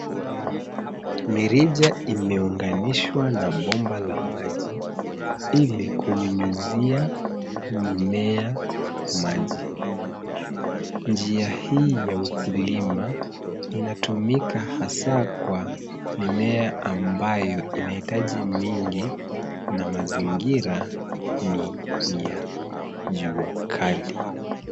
Mirija imeunganishwa na bomba la maji ili kunyunyuzia mimea maji. Njia hii ya ukulima, inatumika hasa kwa mimea ambayo inahitaji mingi na mazingira ni ya jua kali.